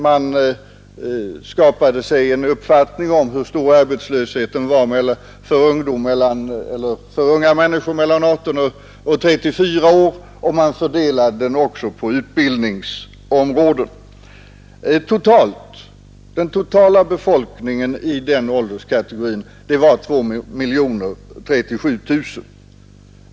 Man skapade sig en uppfattning om hur stor arbetslösheten var för unga människor mellan 18 och 34 år, och man fördelade den också på utbildningsområden. Den totala befolkningen i den ålderskategorin var 2037 000.